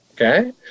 Okay